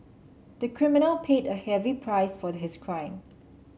the criminal paid a heavy price for his crime